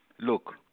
look